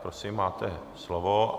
Prosím, máte slovo.